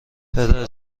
پدر